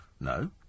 No